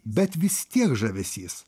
bet vis tiek žavesys